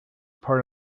part